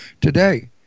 today